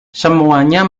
semuanya